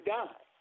die